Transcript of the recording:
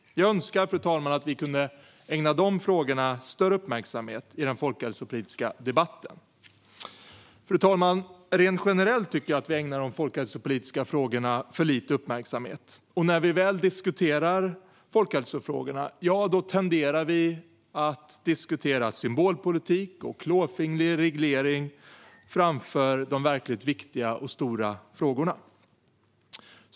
Jag önskar, fru talman, att vi kunde ägna dessa frågor större uppmärksamhet i den folkhälsopolitiska debatten. Fru talman! Rent generellt tycker jag att vi ägnar de folkhälsopolitiska frågorna för lite uppmärksamhet. När vi väl diskuterar folkhälsofrågorna tenderar vi att diskutera symbolpolitik och klåfingrig reglering framför de verkligt viktiga och stora frågorna.